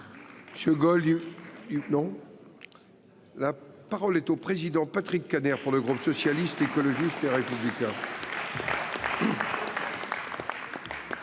La parole est à M. Patrick Kanner, pour le groupe Socialiste, Écologiste et Républicain.